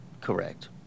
Correct